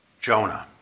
Jonah